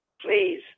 Please